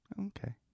Okay